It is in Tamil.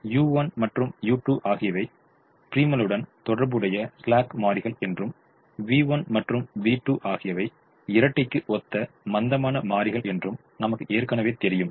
U1 மற்றும் U2 ஆகியவை ப்ரிமலுடன் தொடர்புடைய ஸ்லாக் மாறிகள் என்றும் V1 மற்றும் V2 ஆகியவை இரட்டைக்கு ஒத்த மந்தமான மாறிகள் என்றும் நமக்கு எற்கனவே தெரியும்